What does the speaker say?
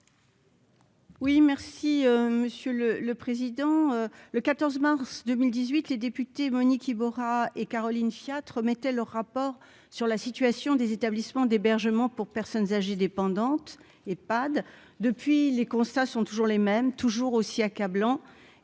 Oui, merci Monsieur le le président le 14 mars 2018 les députés. Monique Iborra et Caroline Fiat remettaient leur rapport sur la situation des établissements d'hébergement pour personnes âgées dépendantes Epad depuis les constats sont toujours les mêmes, toujours aussi accablant